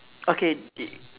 okay it